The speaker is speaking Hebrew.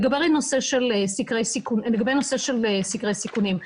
לגבי הנושא של סקרי סיכונים,